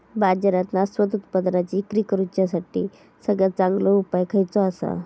बाजारात नाशवंत उत्पादनांची इक्री करुच्यासाठी सगळ्यात चांगलो उपाय खयचो आसा?